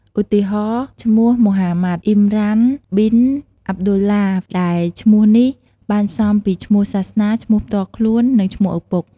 ឧទាហរណ៍ ឈ្មោះម៉ូហាម៉ាត់ អ៊ីមរ៉ាន ប៊ីន អាប់ឌុលឡាហ្វ ដែលឈ្មោះនេះបានផ្សំពីឈ្មោះសាសនា ឈ្មោះផ្ទាល់ខ្លួន និងឈ្មោះឪពុក ។